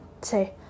say